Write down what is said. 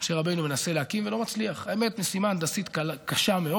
משה רבנו מנסה להקים ולא מצליח.